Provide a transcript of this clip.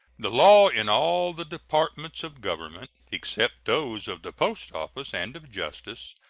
the law in all the departments of government, except those of the post-office and of justice,